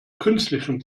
künstlichen